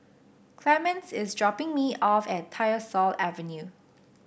Clemens is dropping me off at Tyersall Avenue